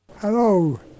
Hello